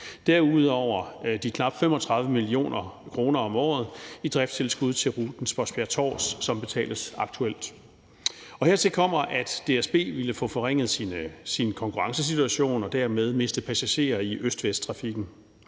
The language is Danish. derudover de knap 35 mio. kr. om året i driftstilskud til ruten Spodsbjerg-Tårs, som betales aktuelt. Og dertil kommer, at DSB ville få forringet sin konkurrencesituation og dermed miste passagerer i øst-vest-trafikken.